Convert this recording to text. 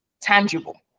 tangible